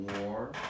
war